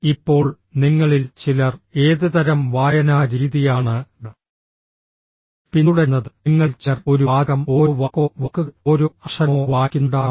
ഇപ്പോൾ നിങ്ങളിൽ ചിലർ ഏതുതരം വായനാ രീതിയാണ് പിന്തുടരുന്നത് നിങ്ങളിൽ ചിലർ ഒരു വാചകം ഓരോ വാക്കോ വാക്കുകൾ ഓരോ അക്ഷരമോ വായിക്കുന്നുണ്ടാകാം